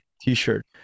t-shirt